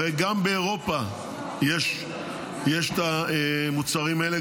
הרי גם באירופה יש את המוצרים האלה,